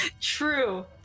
true